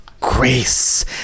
grace